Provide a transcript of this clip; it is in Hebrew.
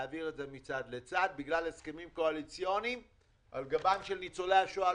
העבירו את זה מצד לצד בגלל הסכמים קואליציוניים על גבם של ניצולי השואה.